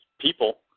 people